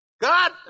God